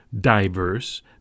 diverse